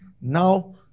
Now